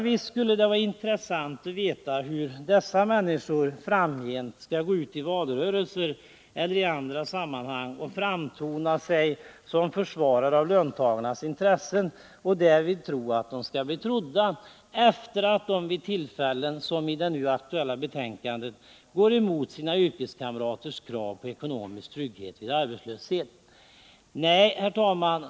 Visst skulle det vara intressant att veta hur dessa människor framgent skall gå ut i valrörelser eller i andra sammanhang och försöka framtona som försvarare av löntagarnas intressen och därvid tro att de skall bli trodda — detta efter att de vid sådana tillfällen som i det nu aktuella betänkandet går emot sina yrkeskamraters krav på ekonomisk trygghet vid arbetslöshet. Nej, herr talman!